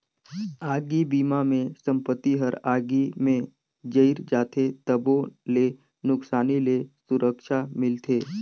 आगी बिमा मे संपत्ति हर आगी मे जईर जाथे तबो ले नुकसानी ले सुरक्छा मिलथे